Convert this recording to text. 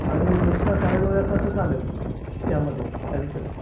आणि extra salad वगैरे असं असेल चालेल त्यामध्ये ॲडिशन